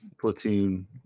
platoon